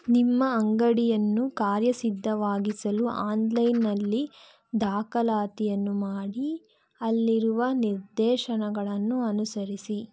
ನಿಮ್ಮ ಅಂಗಡಿಯನ್ನು ಕಾರ್ಯಸಿದ್ಧವಾಗಿಸಲು ಆನ್ಲೈನ್ನಲ್ಲಿ ದಾಖಲಾತಿಯನ್ನು ಮಾಡಿ ಅಲ್ಲಿರುವ ನಿರ್ದೇಶನಗಳನ್ನು ಅನುಸರಿಸಿ